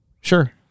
Sure